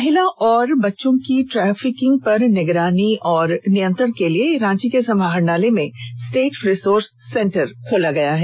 महिला और बच्चों की ट्रैफिकिंग पर निगरानी और नियंत्रण के लिए रांची के समाहरणालय में स्टेट रिसोर्स सेंटर खोला गया है